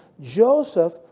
Joseph